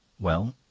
well?